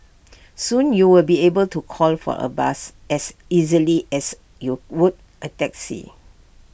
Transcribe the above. soon you will be able to call for A bus as easily as you would A taxi